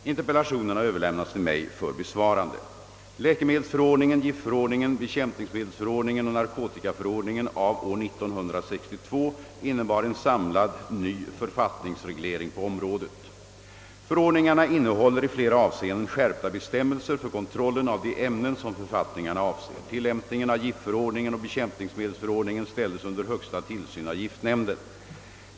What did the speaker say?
Interpellationen har överlämnats till mig för besvarande. Läkemedelsförordningen, giftförordningen, bekämpningsmedelsförordningen och narkotikaförordningen av år 1962 innebar en samlad ny författningsreglering på området, Förordningarna innehåller i flera avseenden skärpta bestämmelser för kontrollen av de ämnen som författningarna avser. Tillämpningen av giftförordningen och bekämpningsmedelsförordningen ställdes under högsta tillsyn av giftnämnden.